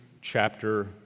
chapter